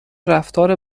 رفتار